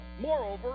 Moreover